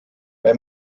bei